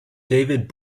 david